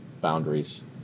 boundaries